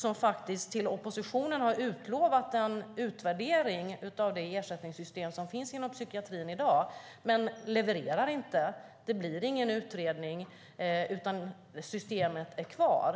De har till oppositionen utlovat en utvärdering av det ersättningssystem som finns inom psykiatrin i dag men levererar inte. Det blir ingen utredning, utan systemet är kvar.